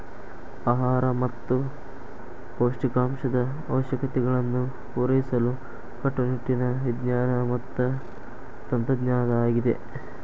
ಆಹಾರ ಮತ್ತ ಪೌಷ್ಟಿಕಾಂಶದ ಅವಶ್ಯಕತೆಗಳನ್ನು ಪೂರೈಸಲು ಕಟ್ಟುನಿಟ್ಟಿನ ವಿಜ್ಞಾನ ಮತ್ತ ತಂತ್ರಜ್ಞಾನ ಆಗಿದೆ